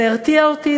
זה הרתיע אותי,